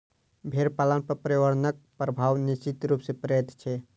भेंड़ पालन पर पर्यावरणक प्रभाव निश्चित रूप सॅ पड़ैत छै